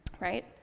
right